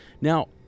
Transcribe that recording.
Now